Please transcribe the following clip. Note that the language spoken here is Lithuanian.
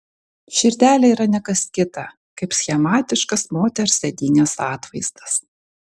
širdelė yra ne kas kita kaip schematiškas moters sėdynės atvaizdas